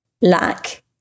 lack